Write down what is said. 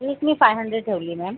fees मी five hundred ठेवली ma'am